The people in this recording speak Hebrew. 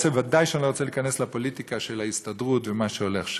ודאי שאני לא רוצה להיכנס לפוליטיקה של ההסתדרות ושל מה שהולך שם,